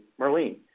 Marlene